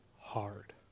hard